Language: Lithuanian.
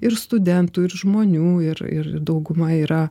ir studentų ir žmonių ir ir dauguma yra